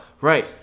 Right